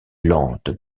lente